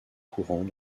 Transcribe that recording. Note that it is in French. courants